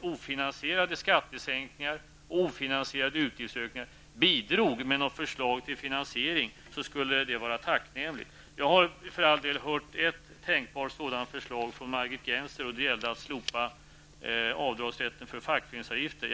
ofinansierade skattesänkningar och ofinansierade utgiftsökningar bidrog med förslag till finansiering. Jag har för all del hört ett tänkbart förslag från Margit Gennser, nämligen att slopa rätten till avdrag för fackföreningsavgifter.